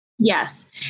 Yes